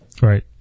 Right